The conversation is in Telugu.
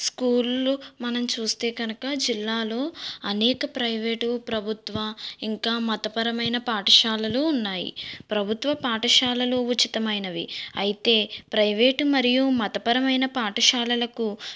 స్కూల్లు మనం చూస్తే కనుక జిల్లాలో అనేక ప్రైవేటు ప్రభుత్వ ఇంకా మతపరమైన పాఠశాలలు ఉన్నాయి ప్రభుత్వ పాఠశాలలో ఉచితమైనవి అయితే ప్రైవేటు మరియు మతపరమైన పాఠశాలలకు